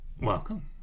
Welcome